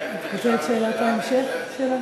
ישר לשאלת ההמשך?